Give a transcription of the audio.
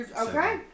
Okay